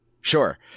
Sure